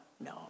no